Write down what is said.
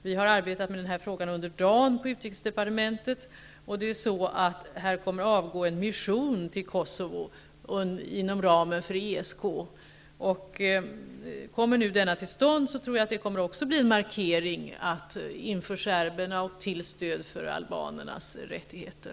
Vi har arbetat med den här frågan under dagen i utrikesdepartementet. Avsikten är att det skall avgå en mission till Kosovo inom ramen för ESK. Kommer denna till stånd, tror jag att det också kommer att bli en markering inför serberna och ett stöd för albanernas rättigheter.